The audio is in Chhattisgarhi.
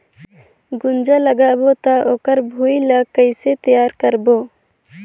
गुनजा लगाबो ता ओकर भुईं ला कइसे तियार करबो?